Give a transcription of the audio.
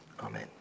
Amen